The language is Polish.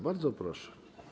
Bardzo proszę.